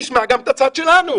תשמע גם את הצד שלנו.